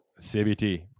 CBT